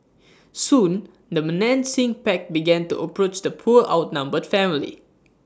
soon the menacing pack began to approach the poor outnumbered family